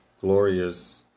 glorious